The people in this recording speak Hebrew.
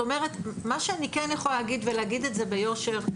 מה שאני כן יכולה להגיד ולהגיד את זה ביושר,